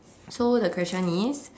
so the question is